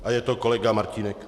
A je to kolega Martínek.